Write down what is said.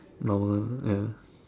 normal ya